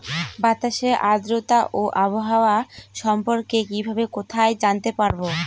বাতাসের আর্দ্রতা ও আবহাওয়া সম্পর্কে কিভাবে কোথায় জানতে পারবো?